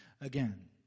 again